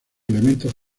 elementos